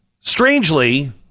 strangely